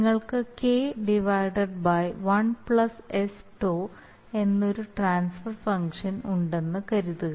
നിങ്ങൾക്ക് K 1 sτ എന്ന ഒരു ട്രാൻസ്ഫർ ഫംഗ്ഷൻ ഉണ്ടെന്ന് കരുതുക